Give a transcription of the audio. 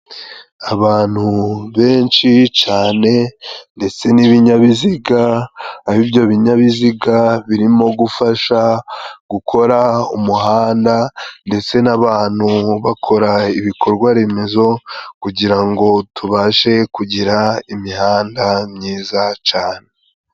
Abantu benshi cane ndetse n'ibinyabiziga, aho ibyo binyabiziga birimo gufasha gukora umuhanda ndetse n'abantu bakora ibikorwaremezo, kugirango ngo tubashe kugira imihanda myiza cane.